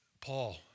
Paul